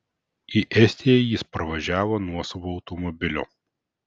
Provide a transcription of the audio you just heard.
į estiją jis parvažiavo nuosavu automobiliu